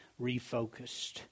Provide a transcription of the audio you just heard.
refocused